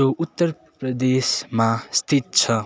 जो उत्तर प्रदेशमा स्थित छ